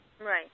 Right